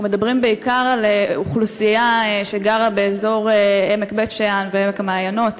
אנחנו מדברים בעיקר על אוכלוסייה שגרה באזור עמק בית-שאן ועמק-המעיינות.